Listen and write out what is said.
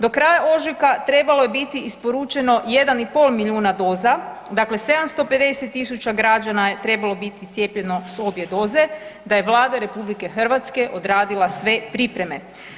Do kraja ožujka trebalo je biti isporučeno 1,5 milijuna doza, dakle 750 000 građana je trebalo biti cijepljeno s obje doze, da je Vlada RH odradila sve pripreme.